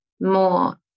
more